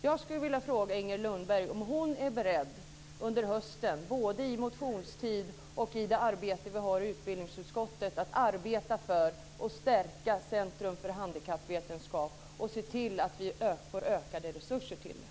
Jag skulle vilja fråga Inger Lundberg om hon är beredd under hösten, både under motionstiden och i det arbete vi har i utbildningsutskottet, att arbeta för att stärka Centrum för handikappvetenskap och se till att vi får ökade resurser till det.